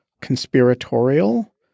conspiratorial